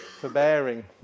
forbearing